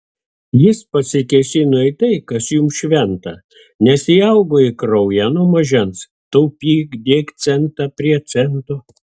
jis pasikėsino į tai kas jums šventa nes įaugo į kraują nuo mažens taupyk dėk centą prie cento